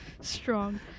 Strong